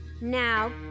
Now